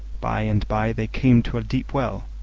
by and by they came to a deep well,